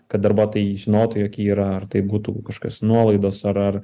kad darbuotojai žinotų jog yra ar tai būtų kažkokios nuolaidos ar ar